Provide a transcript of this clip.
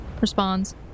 responds